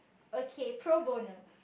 okay pro bono